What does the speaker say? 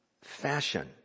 fashion